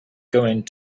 going